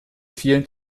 vielen